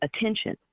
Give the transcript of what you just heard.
attention